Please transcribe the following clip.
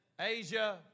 Asia